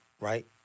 right